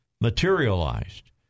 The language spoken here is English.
materialized